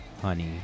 Honey